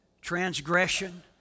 transgression